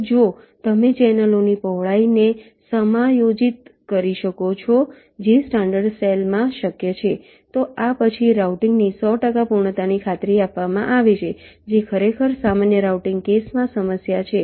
અને જો તમે ચેનલોની પહોળાઈને સમાયોજિત કરી શકો છો જે સ્ટાન્ડર્ડ સેલ માં શક્ય છે તો પછી રાઉટિંગની સો ટકા પૂર્ણતાની ખાતરી આપવામાં આવે છે જે ખરેખર સામાન્ય રાઉટિંગ કેસમાં સમસ્યા છે